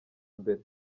mbere